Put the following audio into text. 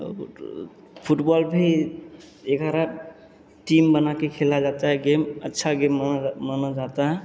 और फ़ुटबॉल भी एगारा टीम बनाके खेला जाता है गेम अच्छा गेम माना जाता माना जाता है